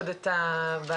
עד שנסתדר עם אפרים,